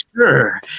sure